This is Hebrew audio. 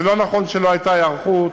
זה לא נכון שלא הייתה היערכות,